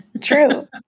True